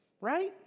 Right